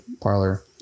parlor